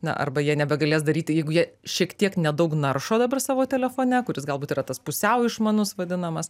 na arba jie nebegalės daryti jeigu jie šiek tiek nedaug naršo dabar savo telefone kuris galbūt yra tas pusiau išmanus vadinamas